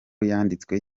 yanditswe